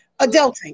adulting